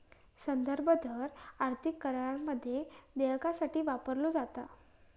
संदर्भ दर आर्थिक करारामध्ये देयकासाठी वापरलो जाता